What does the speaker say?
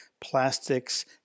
plastics